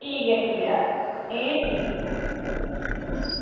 ठीक ऐ ठीक ऐ एह् ठीक ऐ